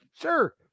sure